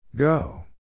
Go